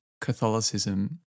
Catholicism